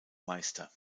meister